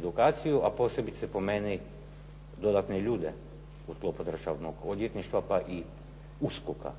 edukaciju, a posebice po meni dodatne ljude u sklopu državnog odvjetništva pa i USKOK-a